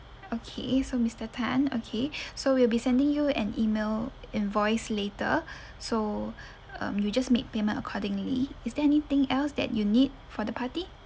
okay so mister Tan okay so we'll be sending you an email invoice later so um you just make payment accordingly is there anything else that you need for the party